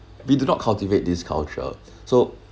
we do not cultivate this culture so